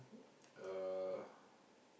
uh